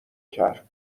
کرد